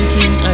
King